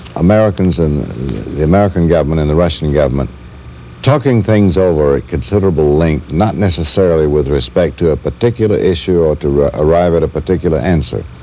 americans and the american government and the russian government talking things over at considerable length, not necessarily with respect to a particular issue or to arrive at a particular answer,